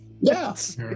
yes